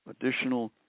additional